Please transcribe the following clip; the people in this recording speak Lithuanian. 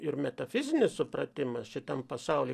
ir metafizinis supratimas šitam pasauly